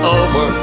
over